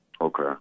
Okay